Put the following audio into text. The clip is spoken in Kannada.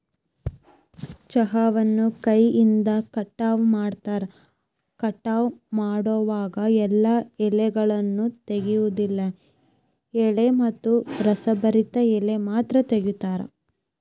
ಚಹಾವನ್ನು ಕೈಯಿಂದ ಕಟಾವ ಮಾಡ್ತಾರ, ಕಟಾವ ಮಾಡೋವಾಗ ಎಲ್ಲಾ ಎಲೆಗಳನ್ನ ತೆಗಿಯೋದಿಲ್ಲ ಎಳೆ ಮತ್ತ ರಸಭರಿತ ಎಲಿ ಮಾತ್ರ ತಗೋತಾರ